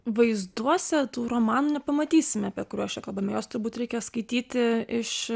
vaizduose tų romanų nepamatysime apie kuriuos čia kalbame juos turbūt reikia skaityti iš